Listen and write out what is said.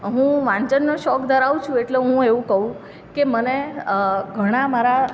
હું વાંચનનો શોખ ધરાવું છું એટલે હું એવું કહુ કે મને ઘણા મારા